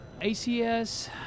ACS